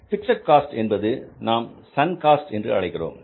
fixed cost என்பது நாம் sunk cost என்று அழைக்கிறோம்